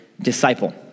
disciple